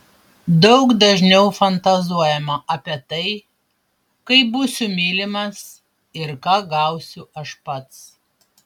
daug dažniau fantazuojama apie tai kaip būsiu mylimas ir ką gausiu aš pats